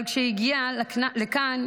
אבל כשהיא הגיעה לכאן,